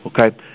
Okay